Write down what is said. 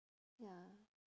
ya